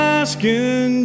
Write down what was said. asking